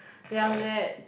then after that